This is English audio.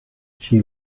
she